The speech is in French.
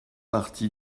parti